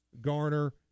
Garner